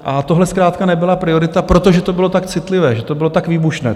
A tohle zkrátka nebyla priorita, protože to bylo tak citlivé, že to bylo tak výbušné.